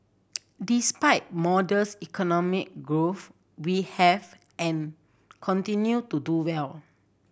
despite modest economy growth we have and continue to do well